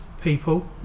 people